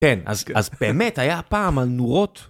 כן, אז באמת היה פעם על נורות?